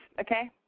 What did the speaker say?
okay